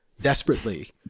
desperately